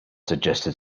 suggested